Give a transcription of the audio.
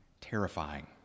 terrifying